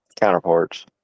counterparts